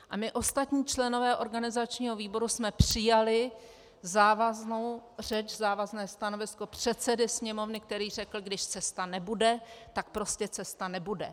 A my ostatní členové organizačního výboru jsme přijali závaznou řeč, závazné stanovisko předsedy Sněmovny, který řekl, když cesta nebude, tak prostě cesta nebude.